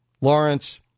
Lawrence